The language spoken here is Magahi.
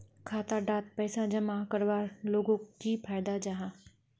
खाता डात पैसा जमा करवार लोगोक की फायदा जाहा?